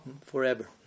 Forever